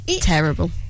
Terrible